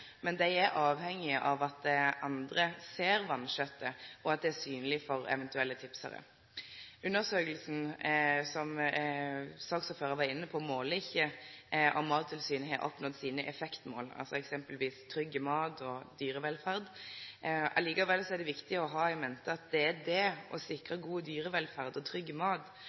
men dei er avhengige av at andre ser vanstellet, og at det er synleg for eventuelle tipsarar. Undersøkinga, slik saksordføraren var inne på, måler ikkje om Mattilsynet har oppnådd effektmåla sine, eksempelvis «trygg mat» og «dyrevelferd». Likevel er det viktig å ha i mente at det er det å sikre god dyrevelferd og trygg mat